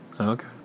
Okay